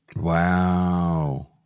Wow